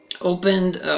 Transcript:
opened